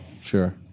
Sure